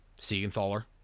Siegenthaler